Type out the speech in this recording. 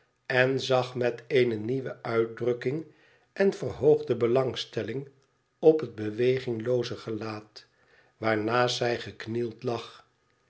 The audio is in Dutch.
en zag met eene nieuwe uitdrukking en verhoogde belangstellbg op het beweginglooze gelaat waarnaast zij geknield lag